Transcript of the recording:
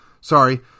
Sorry